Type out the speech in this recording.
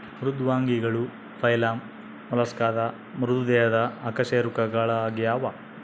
ಮೃದ್ವಂಗಿಗಳು ಫೈಲಮ್ ಮೊಲಸ್ಕಾದ ಮೃದು ದೇಹದ ಅಕಶೇರುಕಗಳಾಗ್ಯವ